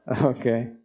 Okay